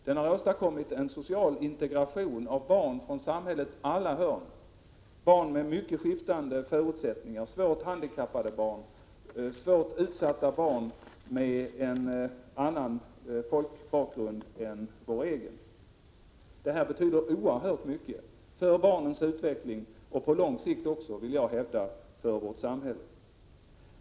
Den har åstadkommit en social integration av barn från samhällets olika hörn, barn med mycket skiftande förhållanden, svårt handikappade barn, svårt utsatta barn med en annan folkbakgrund är vår egen. Detta betyder oerhört mycket för barnens utveckling och på lång sikt också, vill jag hävda, för vårt samhälle.